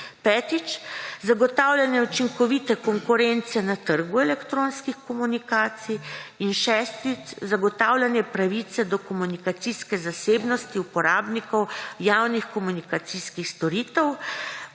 Petič, zagotavljanje učinkovite konkurence na trgu elektronskih komunikacij. In šestič, zagotavljanje pravice do komunikacijske zasebnosti uporabnikov javnih komunikacijskih storitev.